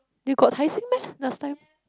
you got Tai-Seng meh last time